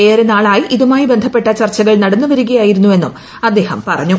ഏറെ നാളായി ഇതുമായി ബന്ധപ്പെട്ട ചർച്ചകൾ നടന്നു വരിക ആയിരുന്നെന്നും അദ്ദേഹം പറഞ്ഞു